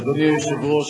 אדוני היושב-ראש,